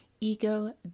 ego